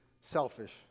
selfish